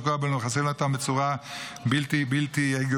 לפגוע בהם ולחסל אותם בצורה בלתי הגיונית.